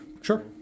Sure